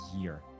year